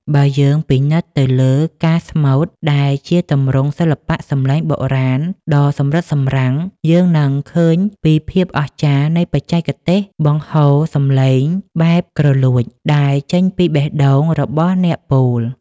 បើយើងពិនិត្យទៅលើការស្មូត ដែលជាទម្រង់សិល្បៈសម្លេងបុរាណដ៏សម្រិតសម្រាំង យើងនឹងឃើញពីភាពអស្ចារ្យនៃបច្ចេកទេសបង្ហូរសម្លេងបែបគ្រលួចដែលចេញពីបេះដូងរបស់អ្នកពោល។